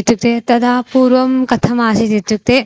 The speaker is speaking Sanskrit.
इत्युक्ते तदा पूर्वं कथम् आसीद् इत्युक्ते